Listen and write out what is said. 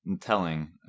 telling